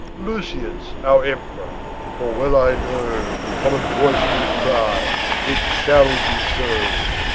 lucius our emperor for well i know common voice do cry it shall be so.